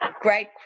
great